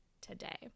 today